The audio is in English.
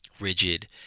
rigid